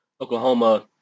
Oklahoma